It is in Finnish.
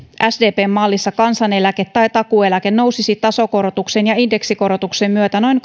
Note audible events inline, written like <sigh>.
sdpn mallissa kansaneläke tai takuueläke nousisi tasokorotuksen ja indeksikorotuksen myötä noin <unintelligible>